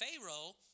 Pharaoh